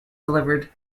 delivered